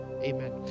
amen